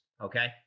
Okay